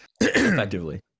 effectively